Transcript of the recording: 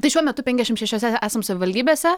tai šiuo metu penkiasdešimt šešiose esam savivaldybėse